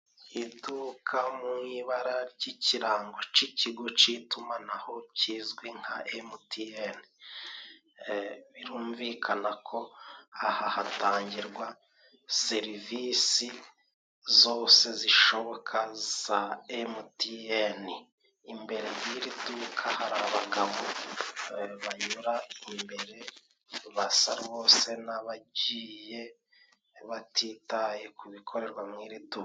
Iduka mu ibara ry'ikirango c'ikigo c'itumanaho kizwi nka emutiyeni. Birumvikana ko aha hatangirwa serivisi zose zishoboka za emutiyeni. Imbere y'iri duka hari abagabo banyura imbere basa bose nabagiye batitaye ku bikorerwa mu iri duka.